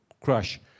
Crush